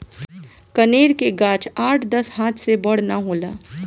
कनेर के गाछ आठ दस हाथ से बड़ ना होला